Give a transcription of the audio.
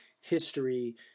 history